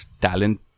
talent